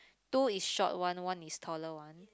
two is short one one is taller one